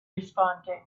responding